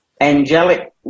angelic